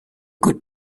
good